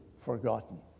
forgotten